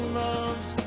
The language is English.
loves